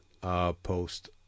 post